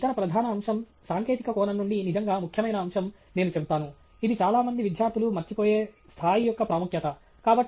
మరియు ఇతర ప్రధాన అంశం సాంకేతిక కోణం నుండి నిజంగా ముఖ్యమైన అంశం నేను చెబుతాను ఇది చాలా మంది విద్యార్థులు మర్చిపోయే 'స్థాయి యొక్క ప్రాముఖ్యత'